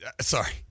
Sorry